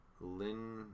Lynn